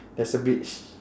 there's a beach